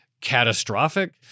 catastrophic